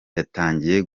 yatangiye